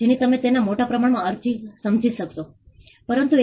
તેથી તેમાંથી ખૂબ જ જૂની વસાહત ન હતું